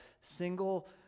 single